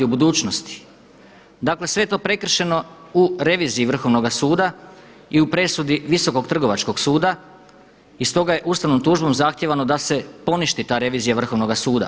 Dakle, sve je to prekršeno u reviziji Vrhovnoga suda i u presudi Visokog trgovačkog suda i stoga je ustavnom tužbom zahtijevano da se poništi ta revizija Vrhovnoga suda.